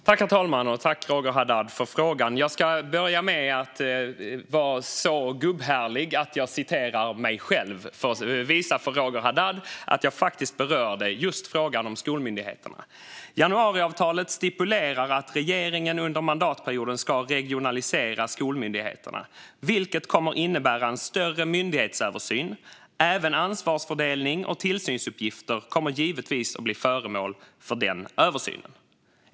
Herr talman! Jag tackar Roger Haddad för frågan. Jag ska börja med att vara så gubbhärlig att jag refererar mig själv för att visa Roger Haddad att jag faktiskt berörde just frågan om skolmyndigheterna. Jag sa att januariavtalet stipulerar att regeringen under mandatperioden ska regionalisera skolmyndigheterna, vilket kommer att innebära en större myndighetsöversyn. Även ansvarsfördelning och tillsynsuppgifter kommer givetvis att bli föremål för denna översyn.